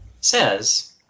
says